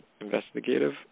investigative